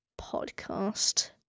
podcast